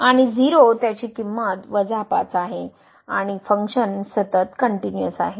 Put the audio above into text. आणि 0 त्याची किंमत 5 आहे आणि फंक्शन सतत कनट्युनिअस आहे